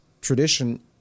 tradition